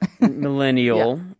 millennial